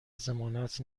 ضمانت